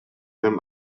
them